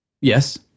Yes